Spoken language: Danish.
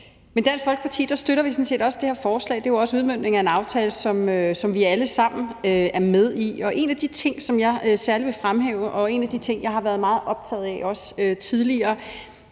I Dansk Folkeparti støtter vi sådan set også det her forslag. Det er jo også en udmøntning af en aftale, som vi alle sammen er med i. En af de ting, som jeg særlig vil fremhæve, og en af de ting, som jeg har været meget optaget af også tidligere,